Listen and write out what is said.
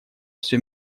всё